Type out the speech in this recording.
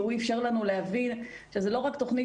והוא אפשר לנו להבין שזו לא רק תוכנית